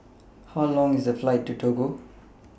How Long IS The Flight to Togo